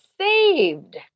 saved